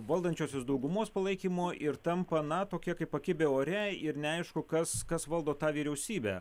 valdančiosios daugumos palaikymo ir tampa na tokie kaip pakibę ore ir neaišku kas kas valdo tą vyriausybę